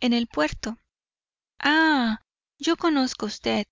en el puerto ah yo conozco usted